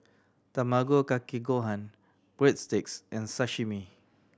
Tamago Kake Gohan Breadsticks and Sashimi